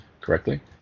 correctly